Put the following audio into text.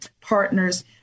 partners